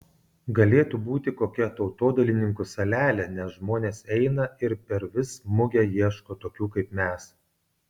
galėtų būti kokia tautodailininkų salelė nes žmonės eina ir per vis mugę ieško tokių kaip mes